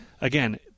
again